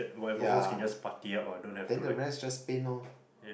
yeah then the rest just paint loh